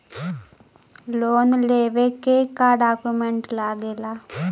Loan लेवे के का डॉक्यूमेंट लागेला?